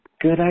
good